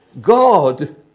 God